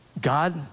God